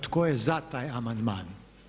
Tko je za taj amandman?